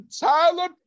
Tyler